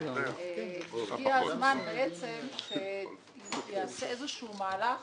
הגיע הזמן שייעשה איזשהו מהלך